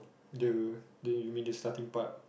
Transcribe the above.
the the you mean the starting part